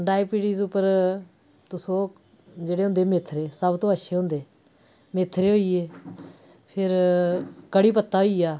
diabetes उप्पर तुस ओह् जेह्डे़ होंदे मेथरे सब तों अच्छे होंदे मेथरे होई गे फ्ही कढ़ी पत्ता होई गेआ